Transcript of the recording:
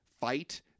fight